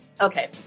Okay